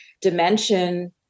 dimension